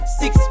six